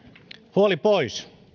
huoli pois